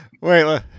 wait